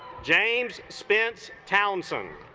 james spence townsend